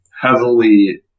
heavily